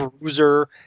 bruiser